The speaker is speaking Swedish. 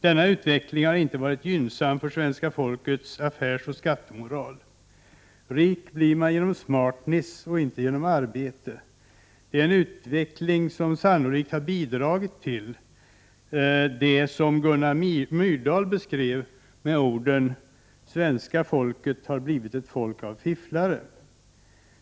Denna utveckling har inte varit gynnsam för svenska folkets affärsoch skattemoral. Rik, det blir man genom smartness och inte genom arbete. Detta har sannolikt bidragit till vad Gunnar Myrdal beskrev som att svenska folket har blivit ett folk av fifflare.